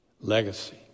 legacy